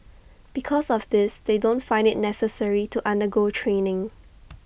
because of this they don't find IT necessary to undergo training